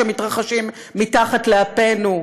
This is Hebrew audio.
שמתרחשים מתחת לאפנו,